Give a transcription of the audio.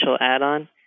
add-on